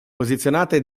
posizionate